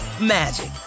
magic